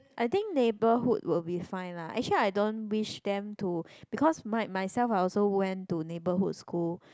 I think neighborhood would be fine lah actually I don't wish them to because my myself also went to neighborhood school